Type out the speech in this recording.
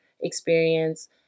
experience